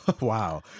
Wow